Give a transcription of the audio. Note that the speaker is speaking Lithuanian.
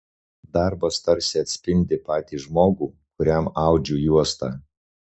darbas tarsi atspindi patį žmogų kuriam audžiu juostą